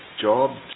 jobs